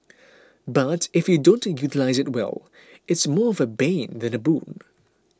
but if you don't utilise it well it's more of bane than a boon